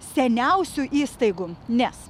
seniausių įstaigų nes